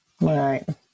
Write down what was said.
Right